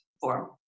form